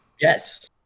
yes